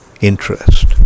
interest